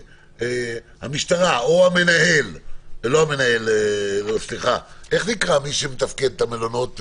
שהמשטרה או איך נקרא מי שמתפקד את המלונות?